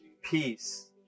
peace